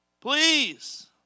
please